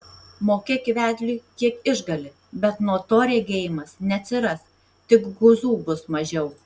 mokėk vedliui kiek išgali bet nuo to regėjimas neatsiras tik guzų bus mažiau